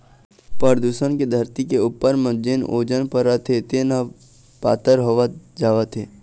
परदूसन के धरती के उपर म जेन ओजोन परत हे तेन ह पातर होवत जावत हे